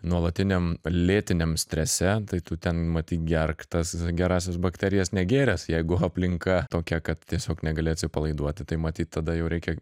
nuolatiniam lėtiniam strese tai tu ten matyt gerk tas gerąsias bakterijas negėręs jeigu aplinka tokia kad tiesiog negali atsipalaiduoti tai matyt tada jau reikia